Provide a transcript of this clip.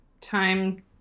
time